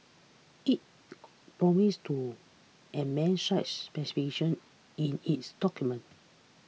it promised to amend such specifications in its documents